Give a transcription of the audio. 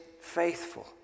faithful